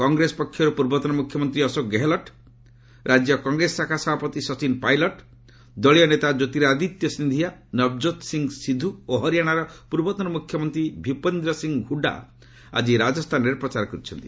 କଂଗ୍ରେସ ପକ୍ଷରୁ ପୂର୍ବତନ ମୁଖ୍ୟମନ୍ତ୍ରୀ ଅଶୋକ ଗେହଲଟ୍ ରାଜ୍ୟ କଂଗ୍ରେସ ଶାଖା ସଭାପତି ସଚିନ ପାଇଲଟ ଦଳୀୟ ନେତା ଜ୍ୟୋତିରାଦିତ୍ୟ ସିନ୍ଧିଆ ନବଜୋତସିଂହ ସିଦ୍ଧୁ ଓ ହରିୟାଶାର ପୂର୍ବତନ ମୁଖ୍ୟମନ୍ତ୍ରୀ ଭୂପେନ୍ଦ୍ର ସିଂହ ହୁଡ୍ଡା ଆଜି ରାଜସ୍ଥାନରେ ପ୍ରଚାର କରିଛନ୍ତି